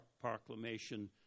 proclamation